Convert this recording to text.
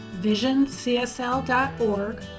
visioncsl.org